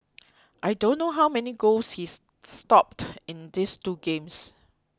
I don't know how many goals he stopped in this two games